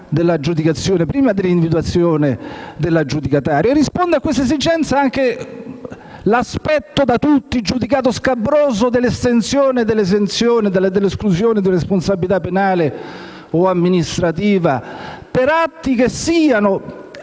prima dell'individuazione dell'aggiudicatario. Risponde a questa esigenza anche l'aspetto, da tutti giudicato scabroso, dell'esenzione ed esclusione della responsabilità penale o amministrativa per atti che siano